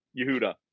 yehuda